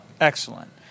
Excellent